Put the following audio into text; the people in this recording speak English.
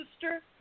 sister